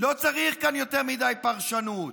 לא צריך כאן יותר מדי פרשנות.